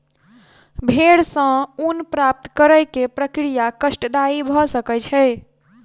भेड़ सॅ ऊन प्राप्त करै के प्रक्रिया कष्टदायी भ सकै छै